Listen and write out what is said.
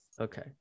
Okay